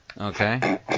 okay